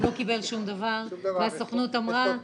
הוא לא קיבל שום דבר והסוכנות אמרה --- שום דבר,